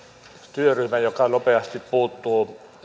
työryhmä joka nopeasti puuttuu